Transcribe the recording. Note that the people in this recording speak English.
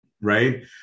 right